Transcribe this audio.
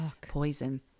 poison